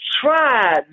tried